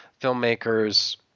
filmmakers